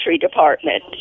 department